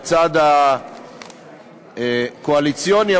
בצד הקואליציוני,